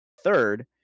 Third